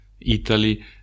Italy